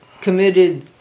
committed